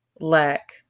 lack